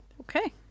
Okay